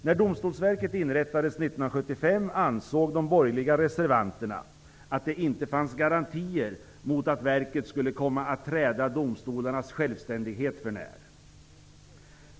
När Domstolsverket år 1975 inrättades, ansåg de borgerliga reservanterna att det inte fanns garantier mot att verket skulle komma att träda domstolarnas självständighet för när.